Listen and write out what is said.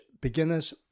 beginners